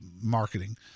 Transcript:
marketing